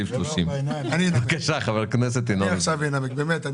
סעיף 30. אני רוצה לנמק.